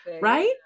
right